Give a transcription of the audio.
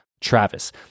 Travis